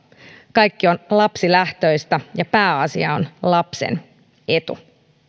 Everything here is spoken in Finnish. kaikki on lapsilähtöistä ja pääasia on lapsen etu